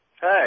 Hey